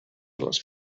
les